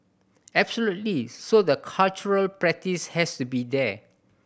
absolutely so the cultural practice has to be there